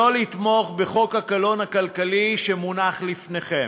שלא לתמוך בחוק הקלון הכלכלי שמונח לפניכם.